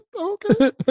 okay